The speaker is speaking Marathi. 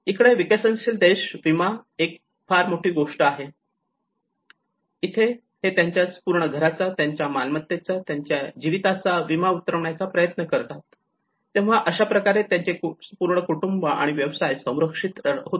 इकडे विकसनशील देश विमा एक फार मोठी गोष्ट आहे इथे हे त्यांच्या पूर्ण घराचा त्यांच्या मालमत्तेचा त्यांच्या जीविताचा विमा उतरवण्याचा प्रयत्न करतात तेव्हा अशाप्रकारे त्यांचे पूर्ण कुटुंब आणि व्यवसाय संरक्षित होतो